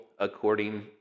according